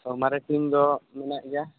ᱚ ᱢᱟᱨᱮ ᱴᱤᱢ ᱫᱚ ᱢᱮᱱᱟᱜ ᱜᱮᱭᱟ